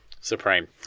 Supreme